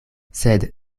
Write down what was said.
sed